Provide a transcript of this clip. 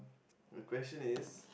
the question is